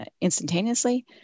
instantaneously